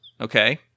okay